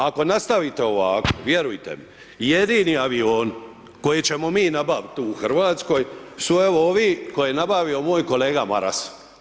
Ako nastavite ovako, vjerujte mi, jedini avioni koje ćemo mi nabaviti tu u Hrvatskoj su evo ovi, koje je nabavio moj kolega Maras.